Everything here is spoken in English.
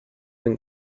been